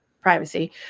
privacy